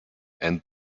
and